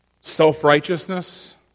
self-righteousness